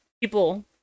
people